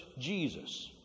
Jesus